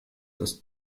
das